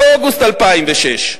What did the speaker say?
באוגוסט 2006,